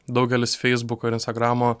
daugelis feisbuko ir instagramo